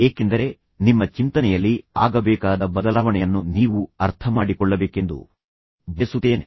ಏಕೆಂದರೆ ನಿಮ್ಮ ಚಿಂತನೆಯಲ್ಲಿ ಆಗಬೇಕಾದ ಬದಲಾವಣೆಯನ್ನು ನೀವು ಅರ್ಥಮಾಡಿಕೊಳ್ಳಬೇಕೆಂದು ಬಯಸುತ್ತೇನೆ